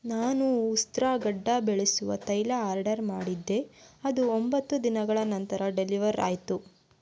ನಾನು ಉಸ್ತ್ರಾ ಗಡ್ಡ ಬೆಳೆಸುವ ತೈಲ ಆರ್ಡರ್ ಮಾಡಿದ್ದೆ ಅದು ಒಂಬತ್ತು ದಿನಗಳ ನಂತರ ಡೆಲಿವರ್ ಆಯ್ತು